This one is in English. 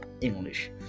English